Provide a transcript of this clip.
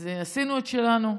אז עשינו את שלנו.